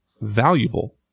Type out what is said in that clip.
valuable